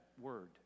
word